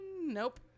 Nope